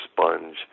sponge